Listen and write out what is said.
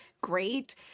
great